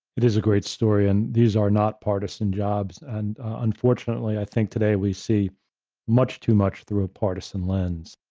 there's a great story and these are not partisan jobs. and unfortunately, i think today we see much too much through a partisan lens,